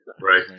Right